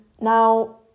now